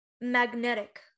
magnetic